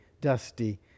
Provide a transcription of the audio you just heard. dusty